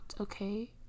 okay